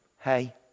hey